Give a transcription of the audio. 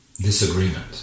disagreement